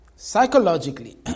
Psychologically